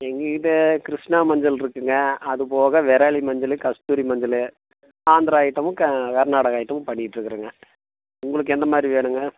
எங்கள்கிட்ட கிருஷ்ணா மஞ்சள் இருக்குங்க அது போக விரலி மஞ்சள் கஸ்தூரி மஞ்சள் ஆந்திரா ஐட்டமும் கர்நாடகா ஐட்டமும் பண்ணிகிட்டுருக்குறோங்க உங்களுக்கு எந்த மாதிரி வேணும்ங்க